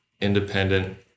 independent